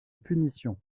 punition